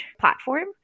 platform